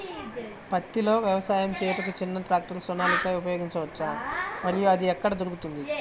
పత్తిలో వ్యవసాయము చేయుటకు చిన్న ట్రాక్టర్ సోనాలిక ఉపయోగించవచ్చా మరియు అది ఎక్కడ దొరుకుతుంది?